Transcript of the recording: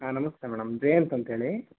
ಹಾಂ ನಮಸ್ತೆ ಮೇಡಮ್ ಜಯಂತ್ ಅಂತ್ಹೇಳಿ